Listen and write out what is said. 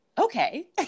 okay